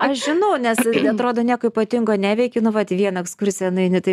aš žinau nes atrodo nieko ypatingo neveiki nu vat į vieną ekskursiją nueini tai